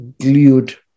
glued